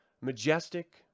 Majestic